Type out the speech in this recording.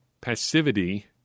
Passivity